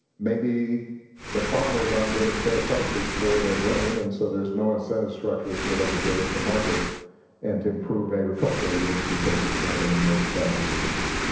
maybe the farmers aren't getting fair prices for their grain, and so there's no incentive structures for them to get it to market and to improve agricultural yields because it's not gonna make that much of a difference.